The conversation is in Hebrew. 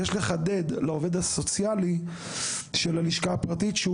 יש לחדד לעובד הסוציאלי של הלשכה הפרטית שהוא